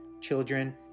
children